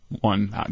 one